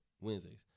Wednesdays